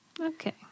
Okay